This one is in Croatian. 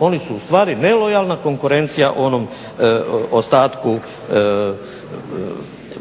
oni su u stvari nelojalna konkurencija onom ostatku